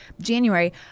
January